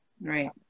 right